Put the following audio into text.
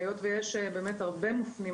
היות ויש הרבה מופנים,